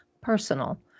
personal